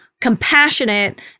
compassionate